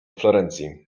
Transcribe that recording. florencji